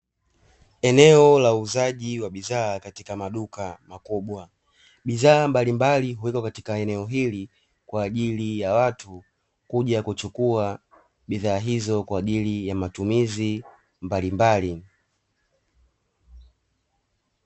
Eneo la uuzaji wa bidhaa katika maduka makubwa, bidhaa mbalimbali huwekwa katika eneo hili kwa ajili ya watu kuja kuchukua bidhaa hizi kwa ajili ya matumizi mbalimbali.